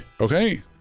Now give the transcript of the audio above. Okay